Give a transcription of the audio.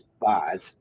bad